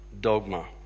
dogma